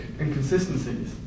inconsistencies